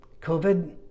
COVID